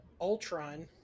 Ultron